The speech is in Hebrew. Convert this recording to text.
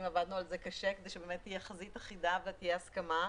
עבדנו על זה קשה כדי שתהיה חזית אחידה ותהיה הסכמה.